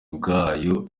bwayo